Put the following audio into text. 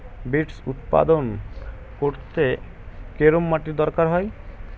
Beets উৎপাদন করতে কেরম মাটির দরকার হয়?